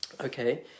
Okay